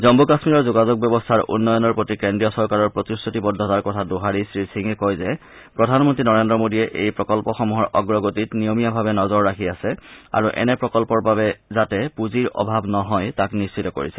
জন্মু কাশ্মীৰৰ যোগাযোগ ব্যৱস্থাৰ উন্নয়নৰ প্ৰতি কেন্দ্ৰীয় চৰকাৰৰ প্ৰতিশ্ৰতিবদ্ধতাৰ কথা দোহাৰি শ্ৰীসিঙে কয় যে প্ৰধানমন্ত্ৰী নৰেন্দ্ৰ মেদীয়ে এই প্ৰকল্পসমূহৰ অগ্ৰগতিত নিয়মীয়াভাবে নজৰ ৰাখি আছে আৰু এনে প্ৰকল্পৰ বাবে যাতে পূঁজিৰ অভাৱ নহয় তাক নিশ্চিত কৰিছে